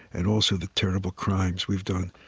and also the terrible crimes we've done.